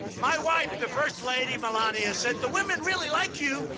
my wife, the first lady, melania, said, the women really like you.